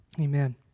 Amen